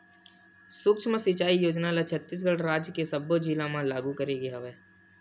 सुक्ष्म सिचई योजना ल छत्तीसगढ़ राज के सब्बो जिला म लागू करे गे हवय